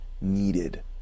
needed